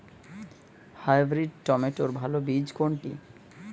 Hybrid টমেটোর ভালো বীজ কোনটি?